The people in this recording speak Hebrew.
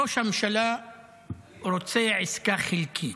ראש הממשלה רוצה עסקה חלקית,